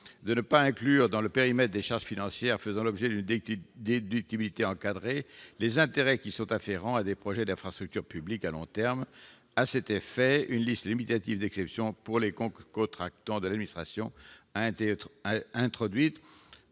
de ne pas inclure dans le périmètre des charges financières faisant l'objet d'une déductibilité encadrée les intérêts afférents à des projets d'infrastructures publiques de long terme. À cet effet, une liste limitative d'exceptions pour les cocontractants de l'administration a été introduite